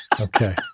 Okay